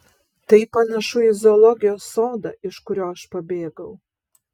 tai panašu į zoologijos sodą iš kurio aš pabėgau